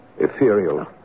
Ethereal